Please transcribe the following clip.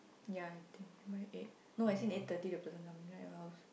ya I think by eight no actually eight thirty the coming right your house